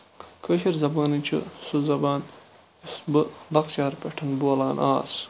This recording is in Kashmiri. کٲشِر زَبانٕے چھِ سُہ زَبان یۄس بہٕ لۄکچارٕ پیٚٹھ بولان آس